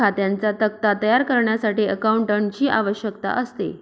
खात्यांचा तक्ता तयार करण्यासाठी अकाउंटंटची आवश्यकता असते